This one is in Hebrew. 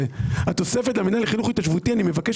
התוספת למינהל לחינוך התיישבותי אני מבקש